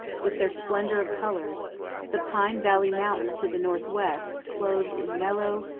with their splendor of colors the pine valley mountains to the northwest, clothed in mellow,